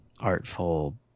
artful